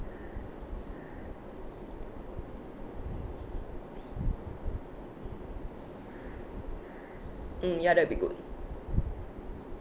mm ya that will be good